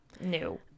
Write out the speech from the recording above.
No